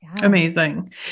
amazing